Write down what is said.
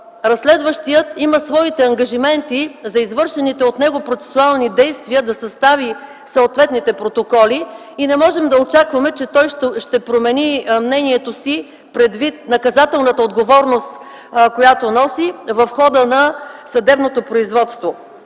Разследващият има своите ангажименти за извършените от него процесуални действия да състави съответните протоколи и не можем да очакваме, че той ще промени мнението си в хода на съдебното производство